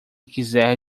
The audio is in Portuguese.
quiser